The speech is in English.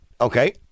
Okay